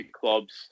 clubs